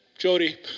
Jody